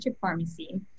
pharmacy